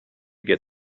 get